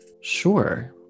Sure